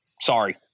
Sorry